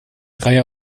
reihe